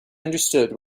understood